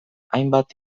hainbat